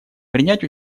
принять